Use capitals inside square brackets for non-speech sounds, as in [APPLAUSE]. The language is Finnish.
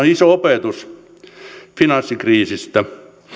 [UNINTELLIGIBLE] iso opetus finanssikriisistä